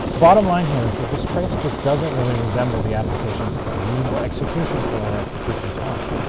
bottom line here is that this trace just doesn't really resemble the application's real execution flow or execution time.